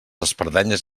espardenyes